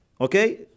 Okay